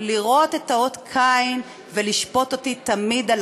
לראות את אות הקין ולשפוט אותי תמיד על